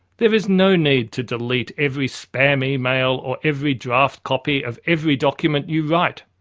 there is no need to delete every spam email or every draft copy of every document you write.